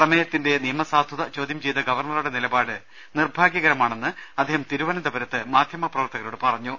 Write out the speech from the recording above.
പ്രമേയത്തിന്റെ നിയമസാധുത ചോദ്യം ചെയ്ത ഗവർണ റുടെ നിലപാട് നിർഭാഗ്യകരമാണെന്ന് അദ്ദേഹം തിരുവനന്തപുരത്ത് മാധ്യമ പ്രവർത്തകരോട് പറഞ്ഞു